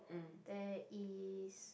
there is